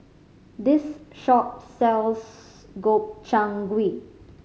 this shop sells Gobchang Gui